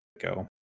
go